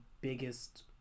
biggest